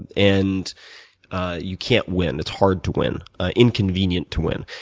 and and you can't win. it's hard to win inconvenient to win.